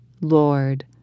Lord